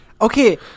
okay